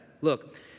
look